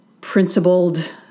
principled